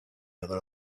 other